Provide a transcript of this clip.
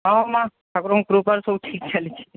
ହଁ ମାଆ ଠାକୁରଙ୍କ କୃପାରୁ ସବୁ ଠିକ୍ ଚାଲିଛି